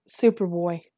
Superboy